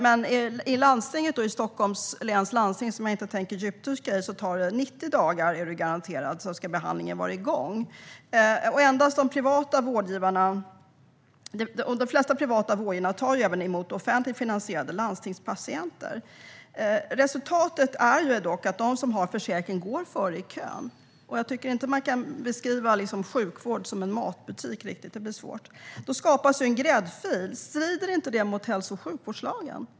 Men i Stockholms läns landsting, som jag inte tänker djupdyka i, är man garanterad att behandlingen ska vara igång inom 90 dagar. De flesta privata vårdgivare tar även emot offentligt finansierade landstingspatienter. Resultatet är dock att de som har försäkring går före i kön. Jag tycker inte att man kan beskriva sjukvård som en matbutik. Det blir svårt. Det skapas hur som helst en gräddfil. Strider inte detta mot hälso och sjukvårdslagen?